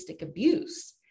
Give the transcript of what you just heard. abuse